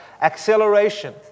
acceleration